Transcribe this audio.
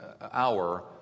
hour